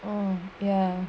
oh ya